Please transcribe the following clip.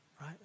right